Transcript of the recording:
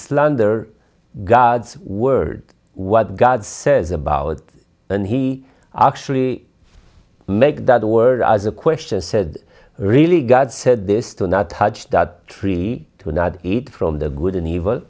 slander god's word what god says about it and he actually make that word as a question said really god said this to not touch the tree to not eat from the good and evil